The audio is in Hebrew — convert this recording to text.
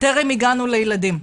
טרם הגענו לילדים.